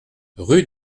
rue